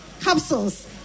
capsules